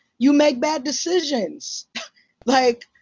you make bad decisions like,